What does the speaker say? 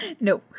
No